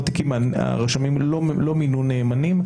היו תיקים שהם כן מינו נאמנים.